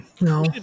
no